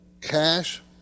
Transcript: Cash